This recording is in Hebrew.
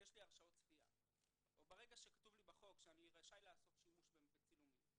שיש לי הרשאות צפייה או ברגע שכתוב שאני רשאי לעשות שימוש בצילומים,